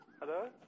Hello